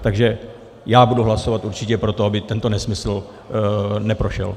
Takže já budu hlasovat určitě pro to, aby tento nesmysl neprošel.